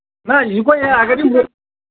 نہ یہِ گوٚو یہِ اَگر یہِ